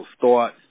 thoughts